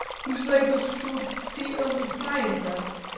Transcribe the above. whose labours should be only to my interest.